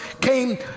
came